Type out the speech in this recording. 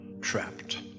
trapped